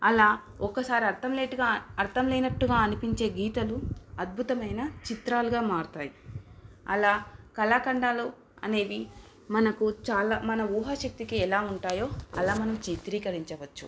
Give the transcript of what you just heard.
అలా ఒకసారి అర్థమయేట్టుగా అర్థం లేనట్టుగా అనిపించే గీతలు అద్భుతమైన చిత్రాలుగా మారుతాయి అలా కళాఖండాలు అనేవి మనకు చాలా మన ఊహశక్తికి ఎలా ఉంటాయో అలా మనం చిత్రీకరించవచ్చు